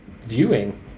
viewing